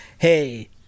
hey